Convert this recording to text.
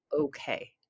okay